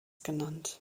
genannt